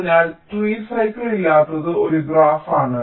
അതിനാൽ tree cycle ഇല്ലാത്ത ഒരു ഗ്രാഫാണ്